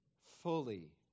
fully